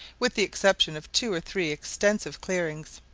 with the exception of two or three extensive clearings.